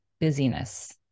busyness